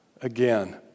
again